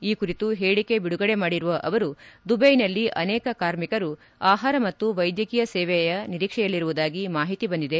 ಈ ಕುರಿತು ಹೇಳಿಕೆ ಬಿಡುಗಡೆ ಮಾಡಿರುವ ಅವರು ದುಬೈನಲ್ಲಿ ಅನೇಕ ಕಾರ್ಮಿಕರು ಆಹಾರ ಮತ್ತು ವೈದ್ಯಕೀಯ ಸೇವೆ ನಿರೀಕ್ಷೆಯಲ್ಲಿರುವುದಾಗಿ ಮಾಹಿತಿ ಬಂದಿದೆ